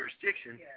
jurisdiction